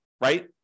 right